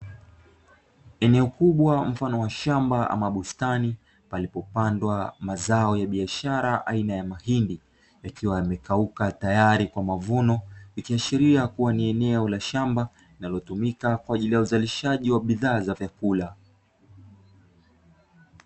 Eneo kubwa mfano wa shamba ama bustani palipopandwa mazao ya biashara aina ya mahindi, yakiwa yamekauka tayari kwa mavuno, ikiashiria kuwa ni eneo la shamba linalotumika kwaajili ya uzalishaji wa bidhaa za vyakula.